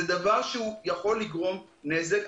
זה דבר שיכול לגרום נזק.